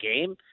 game